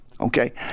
okay